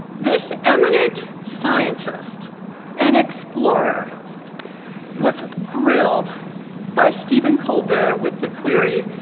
this eminent scientist and explorer was grilled by stephen colbert with the query,